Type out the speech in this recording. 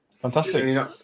Fantastic